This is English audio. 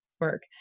work